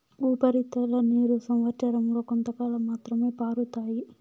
ఉపరితల నీరు సంవచ్చరం లో కొంతకాలం మాత్రమే పారుతాయి